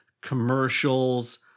commercials